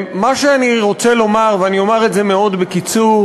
מה שאני רוצה לומר, ואני אומר את זה מאוד בקיצור,